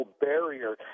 barrier